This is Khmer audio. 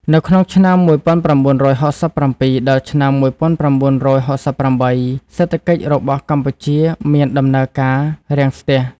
នៅក្នុងឆ្នាំ ១៩៦៧ ដល់ឆ្នាំ ១៩៦៨ សេដ្ឋកិច្ចរបស់កម្ពុជាមានដំណើរការរាំងស្ទះ។